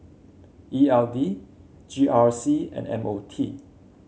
E L D G R C and M O T